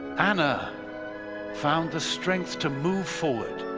anna found the strength to move forward